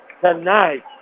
tonight